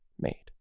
made